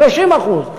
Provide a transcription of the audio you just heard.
ב-30%;